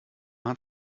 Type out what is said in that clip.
hat